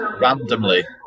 randomly